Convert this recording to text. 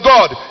God